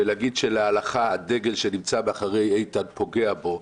ולהגיד שלהלכה הדגל שנמצא מאחורי איתן פוגע בו,